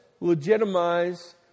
legitimize